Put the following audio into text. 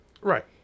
Right